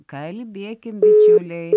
kalbėkim bičiuliai